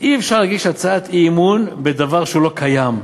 אי-אפשר להגיש הצעת אי-אמון בדבר שלא קיים.